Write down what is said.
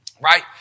Right